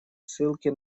ссылки